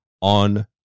on